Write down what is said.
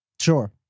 Sure